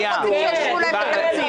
אז הם רוצים שיאשרו להם את התקציב.